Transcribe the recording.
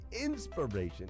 inspiration